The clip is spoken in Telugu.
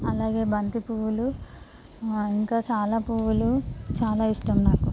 అలాగే బంతి పువ్వులు ఇంకా చాలా పువ్వులు చాలా ఇష్టం నాకు